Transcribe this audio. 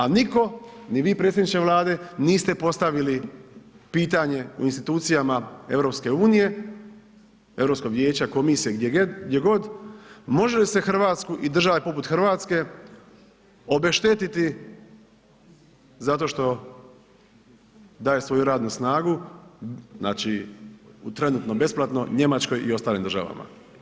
A nitko, ni vi predsjedniče Vlade, niste postavili pitanje u institucijama EU-a, Europskog vijeća, komisije, gdje god, može li se Hrvatsku i države poput Hrvatske obeštetiti zato što daju svoju radnu snagu, znači trenutno besplatno, Njemačkoj i ostalim državama?